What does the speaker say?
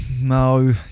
No